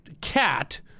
CAT